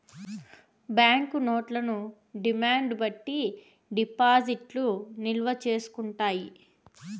bank నోట్లను demand బట్టి డిపాజిట్లు నిల్వ చేసుకుంటారు